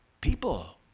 people